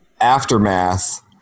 aftermath